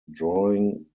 drawing